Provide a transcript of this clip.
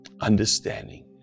understanding